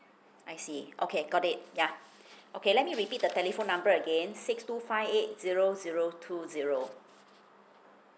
I see okay got it yeah okay let me repeat the telephone number again six two five eight zero zero two zero